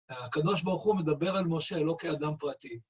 הקדוש ברוך הוא מדבר על משה, לא כאדם פרטי.